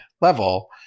level